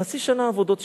חצי שנה עבודות שירות.